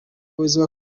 umuyobozi